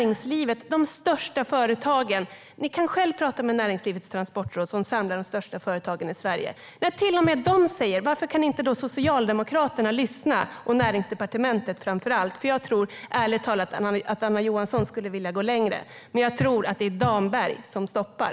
Ni kan själva prata med Näringslivets Transportråd, som samlar de största företagen i Sverige. Till och med de säger detta. Varför kan då inte Socialdemokraterna lyssna, framför allt inte Näringsdepartementet? Jag tror ärligt talat att Anna Johansson skulle vilja gå längre men att det är Damberg som stoppar.